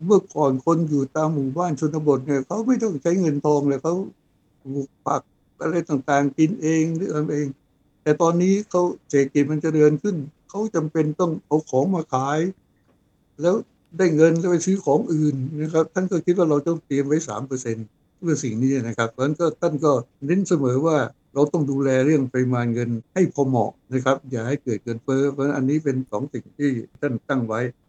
เมื่อก่อนคนอยู่ตามหมู่บ้านชนบทเนี่ย เขาไม่ต้องใช้เงินทองเลย เขาปลูกผักอะไรต่างๆกินเองหรือทำเอง แต่ตอนนี้เขาเศรษฐกิจมันเจริญขึ้น เขาจำเป็นต้องเอาของมาขายแล้วได้เงินแล้วไปซื้อของอื่นนะครับ ท่านก็คิดว่าเราต้องเตรียมไว้ 3% เพื่อสิ่งนี้นะครับ เพราะฉะนั้นก็ท่านก็เน้นเสมอว่าเราต้องดูแลเรื่องปริมาณเงินให้พอเหมาะนะครับ อย่าให้เกิดเงินเฟ้อ เพราะฉะนั้นอันนี้เป็นสองสิ่งที่ท่านตั้งไว้